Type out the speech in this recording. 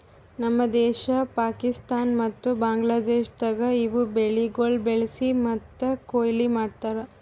ನಮ್ ದೇಶ, ಪಾಕಿಸ್ತಾನ ಮತ್ತ ಬಾಂಗ್ಲಾದೇಶದಾಗ್ ಇವು ಬೆಳಿಗೊಳ್ ಬೆಳಿಸಿ ಮತ್ತ ಕೊಯ್ಲಿ ಮಾಡ್ತಾರ್